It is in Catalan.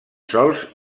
sols